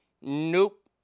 Nope